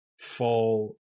fall